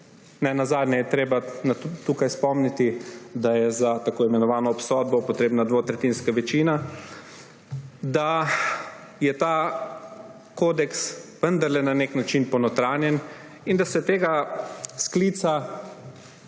– nenazadnje je treba tukaj spomniti, da je za tako imenovano obsodbo potrebna dvotretjinska večina – je ta kodeks vendarle na nek način ponotranjen in se tega sklica